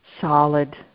solid